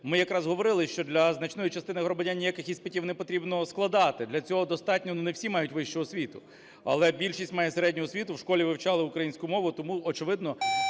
Ми якраз говорили, що для значної частини громадян ніяких іспитів не потрібно складати, для цього достатньо… Не всі мають вищу освіту, але більшість має середню освіту, в школі вивчали українську мову тому, очевидно,